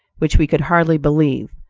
which we could hardly believe,